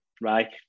right